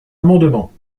amendement